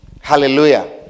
Hallelujah